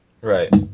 right